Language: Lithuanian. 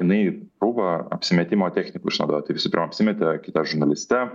jinai krūvą apsimetimo technikų išnaudoja tai visų pirma apsimetė kita žurnaliste